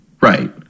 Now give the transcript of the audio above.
Right